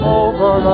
over